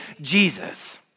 Jesus